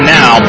now